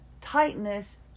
tightness